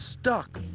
stuck